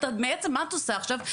בעצם מה את עושה עכשיו,